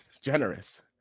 generous